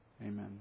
Amen